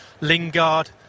Lingard